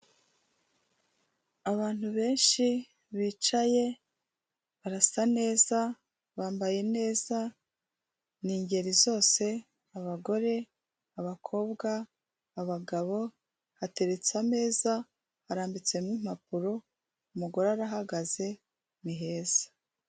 Abantu benshi bicaye barasa neza bambaye neza ni ingeri zose abagore, abakobwa, abagabo hateretse ameza harambitsemo impapuro umugore arahagaze ni heza.